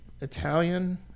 Italian